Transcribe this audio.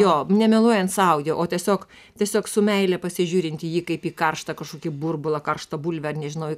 jo nemeluojant sau jo o tiesiog tiesiog su meile pasižiūrint į jį kaip į karštą kažkokį burbulą karštą bulvę ar nežinau į